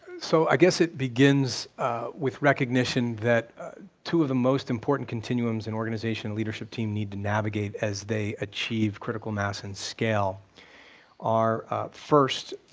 so i guess it begins with recognition that two of the most important continuums an organization leadership team need to navigate as they achieve critical mass and scale are first,